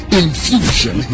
infusion